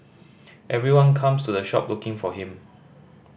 everyone comes to the shop looking for him